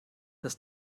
das